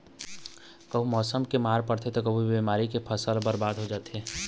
कभू मउसम के मार परथे त कभू बेमारी म फसल ह बरबाद हो जाथे